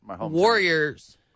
Warriors